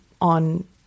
on